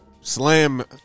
slam